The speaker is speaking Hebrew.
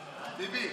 טיבי,